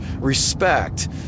respect